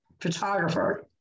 photographer